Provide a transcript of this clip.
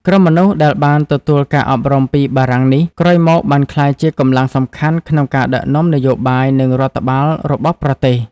ក្រុមមនុស្សដែលបានទទួលការអប់រំពីបារាំងនេះ ក្រោយមកបានក្លាយជាកម្លាំងសំខាន់ក្នុងការដឹកនាំនយោបាយ និងរដ្ឋបាលរបស់ប្រទេស។